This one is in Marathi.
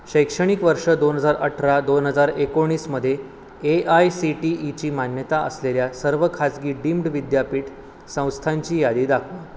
शैक्षणिक वर्ष दोन हजार अठरा दोन हजार एकोणीसमध्ये ए आय सी टी ईची मान्यता असलेल्या सर्व खाजगी डीम्ड विद्यापीठ संस्थांची यादी दाखवा